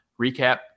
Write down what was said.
recap